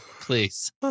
please